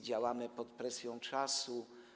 Działamy pod presją czasu.